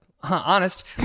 honest